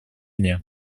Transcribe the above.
дня